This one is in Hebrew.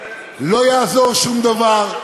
לא יעזור שום דבר.